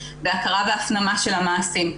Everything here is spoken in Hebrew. בהכרה והפנמה של המעשים.